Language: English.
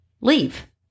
leave